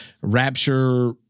rapture